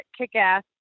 kick-ass